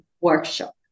workshop